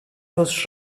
was